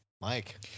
Mike